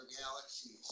galaxies